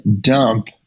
dump